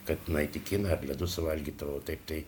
kad nueiti į kiną ar ledų suvalgyt o taip tai